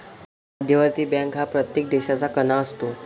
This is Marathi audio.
मध्यवर्ती बँक हा प्रत्येक देशाचा कणा असतो